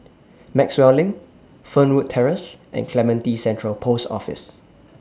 Maxwell LINK Fernwood Terrace and Clementi Central Post Office